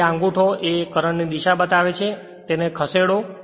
તેથી આ અંગૂઠો એ કરંટ ની દિશા બતાવી છે અને તે રીતે તેને ખસેડો